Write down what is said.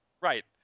right